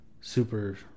Super